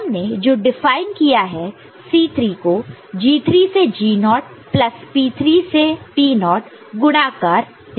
हमने जो डिफाइन किया है C3 को G3 से 0 प्लस P3 से 0 गुणाकार मल्टीप्लाई multiply C माइनस 1